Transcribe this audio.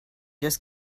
just